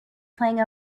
playing